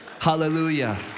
Hallelujah